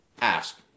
ask